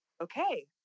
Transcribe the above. okay